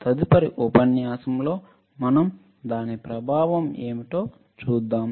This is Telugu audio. తదుపరి ఉపన్యాసం లో మనం దాని ప్రభావం ఏమిటో చూద్దాం